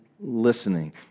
listening